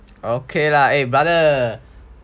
okay lah eh brother